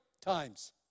times